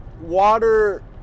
water